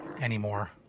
anymore